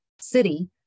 city